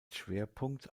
schwerpunkt